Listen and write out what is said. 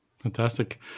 Fantastic